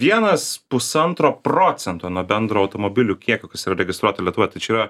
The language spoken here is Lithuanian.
vienas pusantro procento nuo bendro automobilių kiekio kas yra registruota lietuva tai čia yra